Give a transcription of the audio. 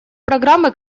программы